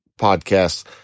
podcasts